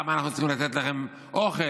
למה אנחנו צריכים לתת לכם אוכל?